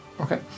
Okay